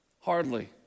Hardly